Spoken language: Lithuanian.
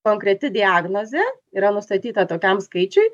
konkreti diagnozė yra nustatyta tokiam skaičiui